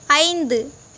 ஐந்து